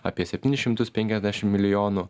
apie septynis šimtus penkiasdešim milijonų